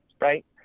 right